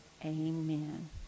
Amen